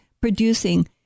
producing